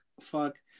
fuck